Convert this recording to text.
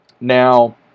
now